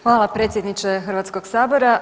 Hvala predsjedniče Hrvatskog sabora.